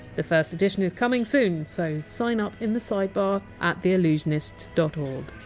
the first edition is coming soon, so sign up in the sidebar at theallusionist dot o